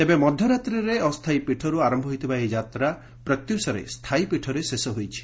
ତେବେ ମଧ୍ୟରାତ୍ରିରେ ଅସ୍ଛାୟୀ ପୀଠର୍ ଆର ହୋଇଥିବା ଏହି ଯାତ୍ରା ପ୍ରତ୍ୟୁଷରେ ସ୍ଥାୟୀ ପୀଠରେ ଶେଷ ହୋଇଛି